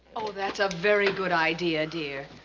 oh, that's a very good idea, dear.